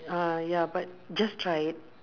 uh ya but just try it